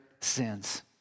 sins